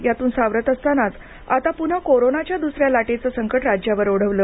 यातून सावरत असतानाच आता प्न्हा कोरोनाच्या द्सऱ्या लाटेचे संकट राज्यावर ओढवले